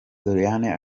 doriane